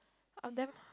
are damn